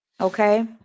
okay